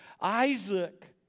Isaac